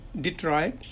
Detroit